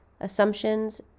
assumptions